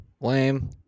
Lame